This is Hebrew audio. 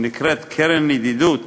שנקראת הקרן לידידות,